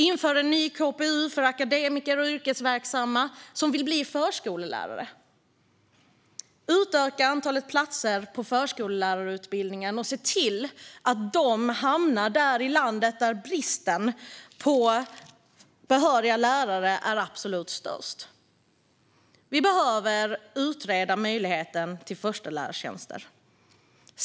Inför en ny KPU för akademiker och yrkesverksamma som vill bli förskollärare! Utöka antalet platser på förskollärarutbildningen, och se till att de hamnar i de delar av landet där bristen på behöriga lärare är absolut störst! Vi behöver utreda möjligheten till förstelärartjänster.